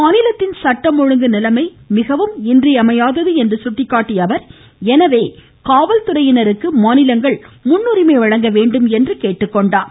மாநிலத்தின் சட்டம் ஒழுங்கு நிலைமை மிகவும் இன்றியமையாதது என்று சுட்டிக்காட்டிய அவர் எனவே காவல்துறையினருக்கு மாநிலங்கள் முன்னுரிமை வழங்கவேண்டும் எனவும் கேட்டுக்கொண்டார்